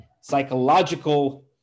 psychological